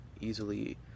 easily